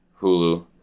Hulu